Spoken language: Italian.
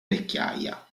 vecchiaia